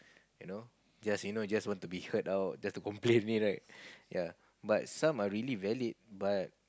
you know just you know just want to be heard out just to complain only right ya but some are really valid but